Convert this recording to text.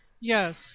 Yes